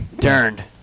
turned